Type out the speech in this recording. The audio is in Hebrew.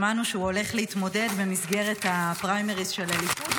שמענו שהוא הולך להתמודד במסגרת הפריימריז של הליכוד,